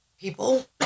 people